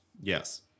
yes